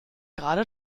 gerade